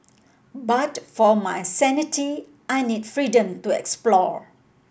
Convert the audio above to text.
but for my sanity I need freedom to explore